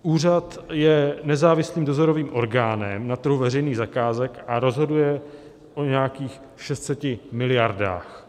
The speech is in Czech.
Úřad je nezávislým dozorovým orgánem na trhu veřejných zakázek a rozhoduje o nějakých 600 miliardách.